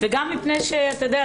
וגם מפני שאתה יודע,